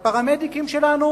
והפרמדיקים שלנו